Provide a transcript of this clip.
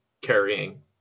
carrying